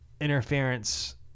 interference